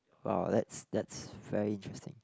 !wow! that's that's very interesting